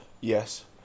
Yes